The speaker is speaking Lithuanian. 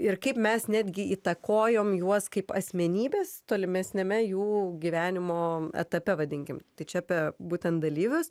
ir kaip mes netgi įtakojom juos kaip asmenybes tolimesniame jų gyvenimo etape vadinkim tai čia apie būtent dalyvius